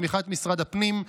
בתמיכת משרד הפנים,